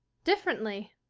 differently?